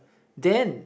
then